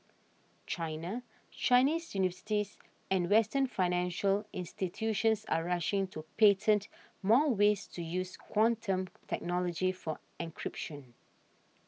China Chinese universities and western financial institutions are rushing to patent more ways to use quantum technology for encryption